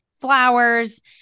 flowers